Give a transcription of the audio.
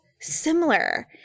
Similar